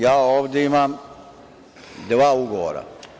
Ja ovde imam dva ugovora.